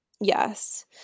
Yes